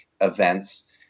events